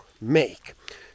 make